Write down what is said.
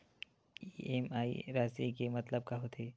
EMI राशि के मतलब का होथे?